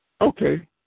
Okay